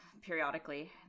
periodically